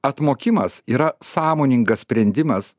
atmokimas yra sąmoningas sprendimas